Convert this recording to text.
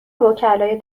وکلای